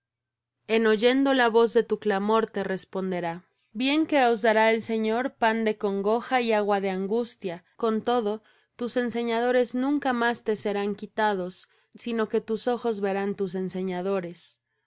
en oyendo la voz de tu clamor te responderá bien que os dará el señor pan de congoja y agua de angustia con todo tus enseñadores nunca más te serán quitados sino que tus ojos verán tus enseñadores